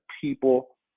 people